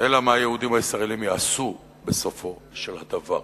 אלא מה היהודים הישראלים יעשו בסופו של דבר.